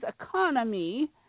economy